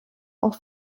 auch